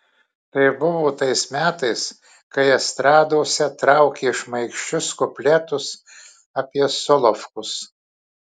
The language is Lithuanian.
tai buvo tais metais kai estradose traukė šmaikščius kupletus apie solovkus